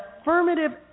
affirmative